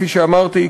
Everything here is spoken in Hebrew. כפי שאמרתי,